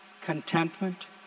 contentment